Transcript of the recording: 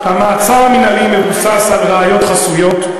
המעצר המינהלי מבוסס על ראיות חסויות.